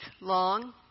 long